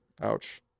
Ouch